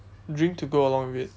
drink to go along with it